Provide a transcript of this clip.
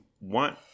want